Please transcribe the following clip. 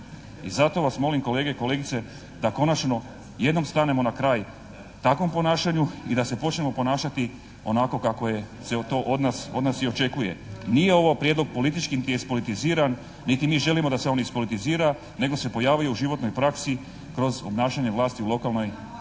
I zato vas molim kolege i kolegice da konačno jednom stanemo na kraj takvom ponašanju i da se počnemo ponašati onako kako se to od nas i očekuje. Nije ovo prijedlog politički niti je ispolitiziran niti mi želimo da se on ispolitizira, nego se pojavio u životnoj praksi kroz obnašanje vlasti u lokalnoj samoupravi.